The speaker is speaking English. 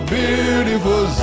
beautiful